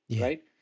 Right